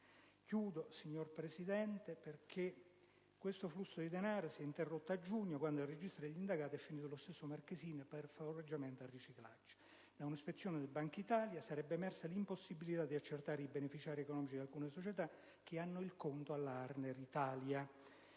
ben 13,1 milioni nel 2007. Questo flusso di denaro si è interrotto solo a giugno, quando nel registro degli indagati è finito lo stesso Marcheselli per favoreggiamento al riciclaggio. Da un'ispezione della Banca d'Italia sarebbe emersa l'impossibilità di accertare i beneficiari economici di alcune società che hanno il conto alla Arner Italia.